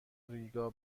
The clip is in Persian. ریگا